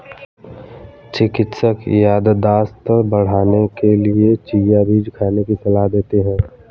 चिकित्सक याददाश्त बढ़ाने के लिए चिया बीज खाने की सलाह देते हैं